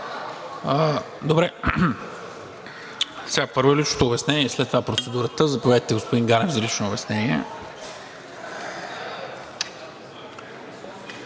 Петров. Първо, личното обяснение, а след това процедурата. Заповядайте, господин Ганев, за лично обяснение.